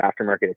aftermarket